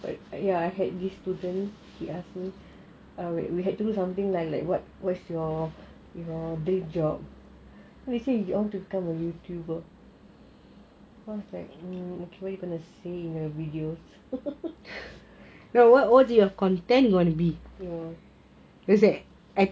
but yes I had this student we had to do something like what do you want as your dream job then he say he want to become a youtuber I was like what do you want in your video